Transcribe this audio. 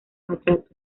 maltrato